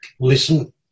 listen